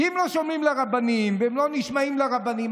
כי אם לא שומעים לרבנים ולא נשמעים לרבנים,